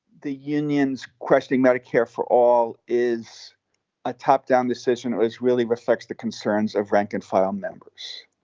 the unions cresting medicare for all is a top down decision. it was really reflects the concerns of rank and file members.